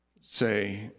say